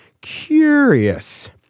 curious